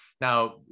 Now